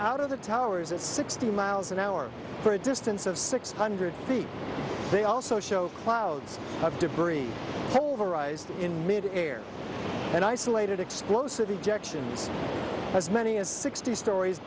out of the towers at sixty miles an hour for a distance of six hundred feet they also show clouds of debris in mid air and isolated explosive ejections as many as sixty stories